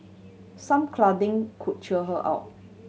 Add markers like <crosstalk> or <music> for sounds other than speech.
some <unintelligible> could cheer her out